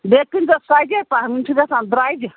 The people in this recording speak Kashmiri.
بیٚیہِ کٕنۍزیٚو سرۅجے پَہن یِم چھِ گژھان درٛۄجہِ